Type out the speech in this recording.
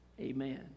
Amen